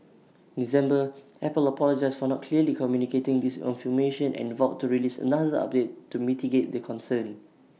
December Apple apologised for not clearly communicating this information and vowed to release another update to mitigate the concern